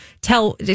tell